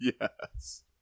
Yes